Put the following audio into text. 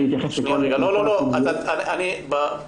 --- לא, לא, סליחה אמיר,